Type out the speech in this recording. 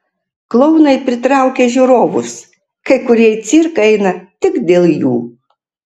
klounai pritraukia žiūrovus kai kurie į cirką eina tik dėl jų